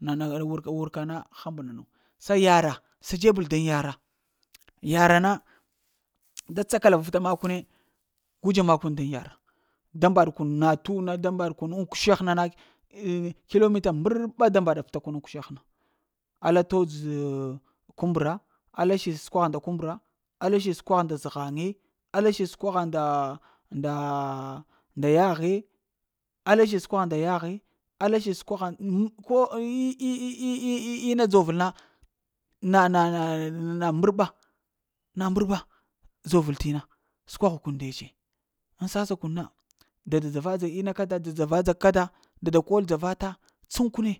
Nana wurka wurka na həmba nanawa se yara sa dzebəl daŋ yara yara na da tsakala vafta makune gu dzeb makun daŋ yara, da mbaɗ kuna da mbaɗ kun ŋ kushegh na na na? Killometa mbərɓa da mbəɗafta kun ŋ kushegh na, alla t'dzo kumbra, alla siɗi nda zəhaŋe alla sidi səkwaha nda-nda-nda yahe, alla sidi səkwagha nda yaghe, alla siɗi səkwagha nda ko i i ei ei ina dzovel na nah na aa na mbərɓa na mbərɓa dzovəl tina səkwaha kun ndetse vita sasa kun na, dada dzabadza ina kada dada dzava-dza, dada kol dzavafa səkwune